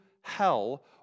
hell